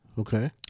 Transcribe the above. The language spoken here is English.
Okay